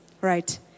right